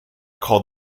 called